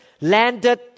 landed